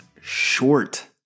short